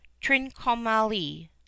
Trincomalee